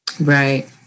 Right